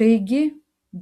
taigi